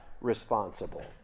responsible